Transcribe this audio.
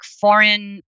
foreign